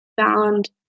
found